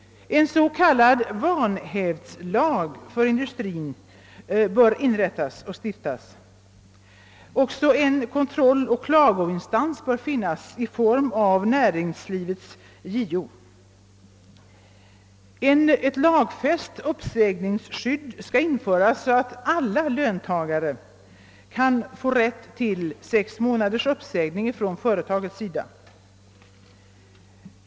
En s.k. vanhävdslag för industrin bör stiftas. Också en kontrolloch klagoinstans bör finnas i form av en näringslivets JO. Ett lagfäst uppsägningsskydd skall införas så att alla löntagare får rätt till sex månaders uppsägning från företagets sida.